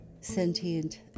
sentient